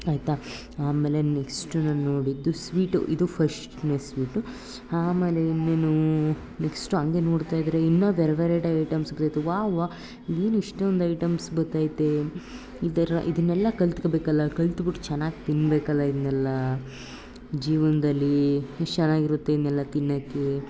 ಆಯಿತಾ ಆಮೇಲೆ ನೆಕ್ಸ್ಟ್ ನಾನು ನೋಡಿದ್ದು ಸ್ವೀಟು ಇದು ಫಶ್ಟ್ನೇ ಸ್ವೀಟು ಆಮೇಲೆ ಇನ್ನೇನು ನೆಕ್ಸ್ಟು ಹಂಗೆ ನೋಡ್ತಾಯಿದ್ದರೆ ಇನ್ನೂ ವೆರ್ ವೆರೈಟಿ ಐಟಮ್ಸ್ಗಳಿತ್ತು ವಾವ್ ವಾ ಏನು ಇಷ್ಟೊಂದು ಐಟಮ್ಸ್ ಬತ್ತೈತೆ ಇದರ ಇದನ್ನೆಲ್ಲ ಕಲ್ತ್ಕೊಳ್ಬೇಕಲ್ಲ ಕಲ್ತ್ಬಿಟ್ಟು ಚೆನ್ನಾಗಿ ತಿನ್ಬೇಕಲ್ಲ ಇದ್ನೆಲ್ಲ ಜೀವನ್ದಲ್ಲಿ ಎಷ್ಟು ಚೆನ್ನಾಗಿರುತ್ತೆ ಇದನ್ನೆಲ್ಲ ತಿನ್ನೋಕ್ಕೆ